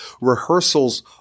rehearsals